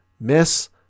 miss